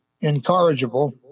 incorrigible